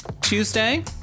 Tuesday